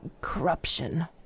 corruption